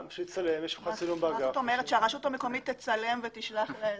שהרשות המקומית תצלם ותשלח?